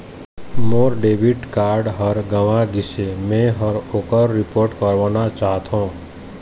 मोर debit card ह गंवा गिसे, मै ह ओकर रिपोर्ट करवाना चाहथों